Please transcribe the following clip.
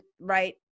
right